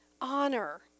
honor